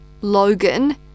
Logan